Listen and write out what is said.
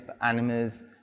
animals